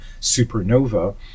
supernova